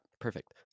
perfect